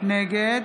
נגד